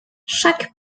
chaque